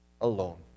alone